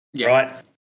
right